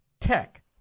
tech